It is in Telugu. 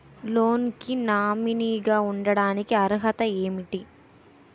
లోన్ కి నామినీ గా ఉండటానికి అర్హత ఏమిటి?